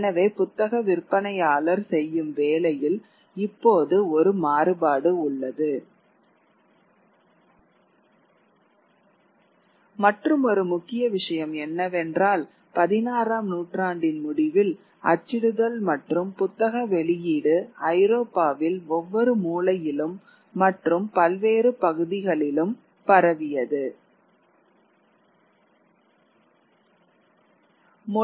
எனவே புத்தக விற்பனையாளர் செய்யும் வேலையில் இப்போது ஒரு வேறுபாடு உள்ளது மற்றுமொரு முக்கிய விஷயம் என்னவென்றால் பதினாறாம் நூற்றாண்டின் முடிவில் அச்சிடுதல் மற்றும் புத்தக வெளியீடு ஐரோப்பாவில் ஒவ்வொரு மூலையிலும் மற்றும் பல்வேறு பகுதிகளிலும் பரவியது